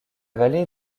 vallée